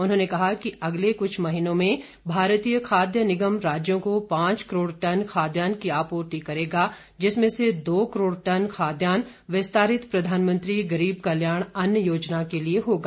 उन्होंने कहा कि अगले कुछ महीनों में भारतीय खाद्य निगम राज्यों को पांच करोड़ टन खाद्यान्न की आपूर्ति करेगा जिसमें से दो करोड़ टन खाद्यान्न विस्तारित प्रधानमंत्री गरीब कल्याण अन्न योजना के लिए होगा